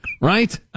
right